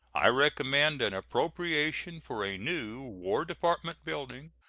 i recommend an appropriation for a new war department building,